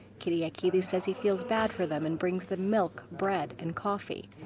kyriakidis says he feels bad for them, and brings them milk, bread and coffee.